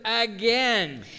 again